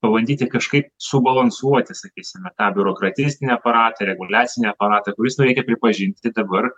pabandyti kažkaip subalansuoti sakysime tą biurokratistinį aparatą reguliacinį aparatą kuris reikia pripažinti dabar